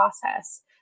process